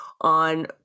on